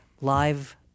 live